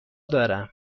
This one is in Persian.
دارم